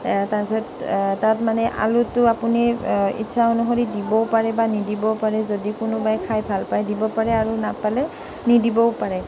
তাৰ পিছত তাত মানে আলুটো আপুনি ইচ্ছা অনুসৰি দিবও পাৰে বা নিদিবও পাৰে যদি কোনোবাই খাই ভাল পাই দিব পাৰে আৰু নাপালে নিদিবও পাৰে